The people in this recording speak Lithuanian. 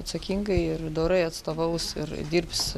atsakingai ir dorai atstovaus ir dirbs